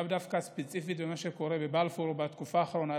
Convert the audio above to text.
ולאו דווקא ספציפית על מה שקורה בבלפור בתקופה האחרונה,